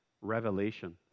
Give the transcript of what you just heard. revelation